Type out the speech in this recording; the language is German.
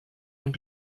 und